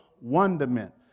wonderment